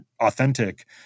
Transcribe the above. authentic